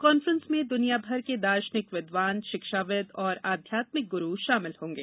conference में द्वनियाभर के दार्शनिक विद्वान शिक्षाविद और अध्यात्मिक गुरू शामिल होंगे